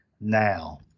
now